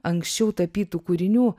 anksčiau tapytų kūrinių